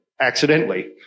accidentally